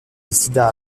décida